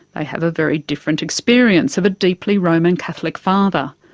they have a very different experience of a deeply roman catholic father.